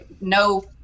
No